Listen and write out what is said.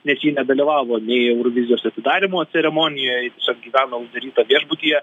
nes ji nedalyvavo nei eurovizijos atidarymo ceremonijoj tiesiog gyveno uždaryta viešbutyje